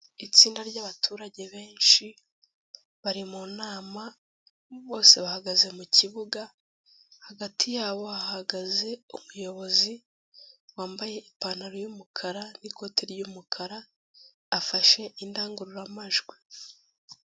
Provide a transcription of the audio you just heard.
Itsinda ry'abaturage benshi bari mu nama bose bahagaze mu kibuga, hagati yabo hahagaze umuyobozi wambaye ipantaro y'umukara n'ikoti ry'umukara, afashe indangururamajwi.